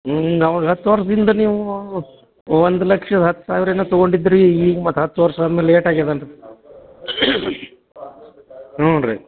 ಹ್ಞೂ ಅವಾಗ ಹತ್ತು ವರ್ಷ್ದ ಹಿಂದೆ ನೀವು ಒಂದು ಲಕ್ಷದ ಹತ್ತು ಸಾವಿರ ಏನೋ ತಗೊಂಡಿದ್ದಿರಿ ಈಗ ಮತ್ತೆ ಹತ್ತು ವರ್ಷ ಆದ ಮೇಲೆ ಏಟು ಆಗ್ಯಾದೇನ್ರಿ ಹ್ಞೂ ರೀ